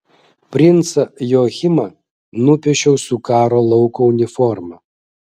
princą joachimą nupiešiau su karo lauko uniforma